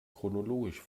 chronologisch